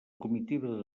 comitiva